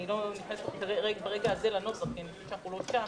אני לא נכנסת ברגע הזה לנוסח כי אני חושבת שאנחנו לא שם.